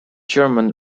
german